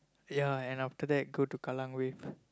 ya and after that go to Kallang-Wave